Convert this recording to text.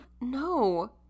No